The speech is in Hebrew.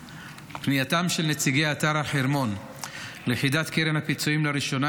פנייתם של נציגי אתר החרמון ליחידת קרן הפיצויים לראשונה